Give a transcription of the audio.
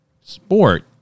sport